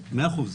מאה אחוז.